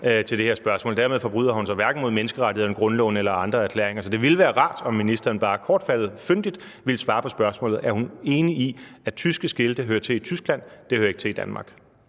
til det her spørgsmål. Dermed forbryder hun sig hverken mod menneskerettighederne, grundloven eller andre erklæringer. Så det ville være rart, om ministeren bare kortfattet og fyndigt ville svare på spørgsmålet: Er hun enig i, at tyske skilte hører til i Tyskland og ikke i Danmark?